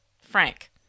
Frank